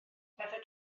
heather